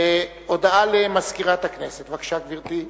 הודעה למזכירת הכנסת, בבקשה, גברתי.